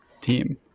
team